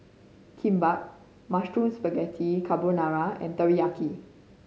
Kimbap Mushroom Spaghetti Carbonara and Teriyaki